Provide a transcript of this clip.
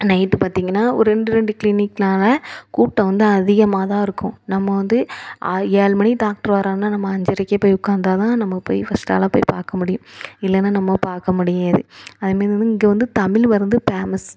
night பார்த்தீங்கன்னா ஒரு ரெண்டு ரெண்டு க்ளினிக்னால் கூட்டம் வந்து அதிகமாக தான் இருக்கும் நம்ம வந்து ஆறு ஏழு மணிக்கு டாக்டர் வர்றார்னால் நம்ம அஞ்சரைக்கே போய் உட்காந்தாதான் நம்ம போய் ஃபஸ்ட் ஆளாக போய் பார்க்க முடியும் இல்லைனா நம்ம பார்க்க முடியாது அதுமாதிரி இங்கே வந்து தமிழ் மருந்து பேமஸ்